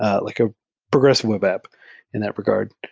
ah like a progressive web app in that regard.